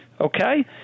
okay